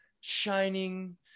shining